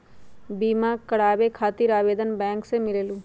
बिमा कराबे खातीर आवेदन बैंक से मिलेलु?